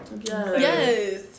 Yes